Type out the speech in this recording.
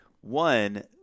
one